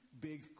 big